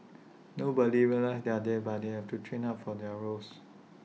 nobody realises they're there but they have to train hard for their roles